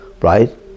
right